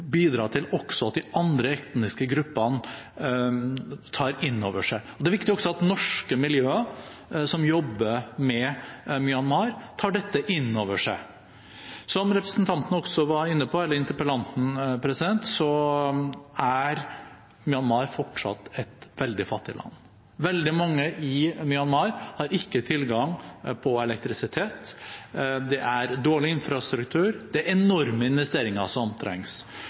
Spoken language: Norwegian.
at også de andre etniske gruppene tar det inn over seg. Det er også viktig at norske miljøer som jobber med Myanmar, tar dette inn over seg. Som interpellanten også var inne på, er Myanmar fortsatt et veldig fattig land. Veldig mange i Myanmar har ikke tilgang på elektrisitet. Det er dårlig infrastruktur. Det er enorme investeringer som trengs.